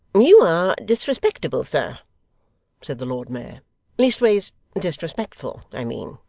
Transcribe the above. you are disrespectable, sir said the lord mayor leastways, disrespectful i mean